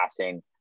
passing